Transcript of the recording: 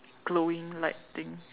glowing light thing